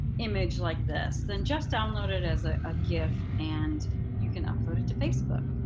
image like this then just download it as a ah gif and you can upload it to facebook.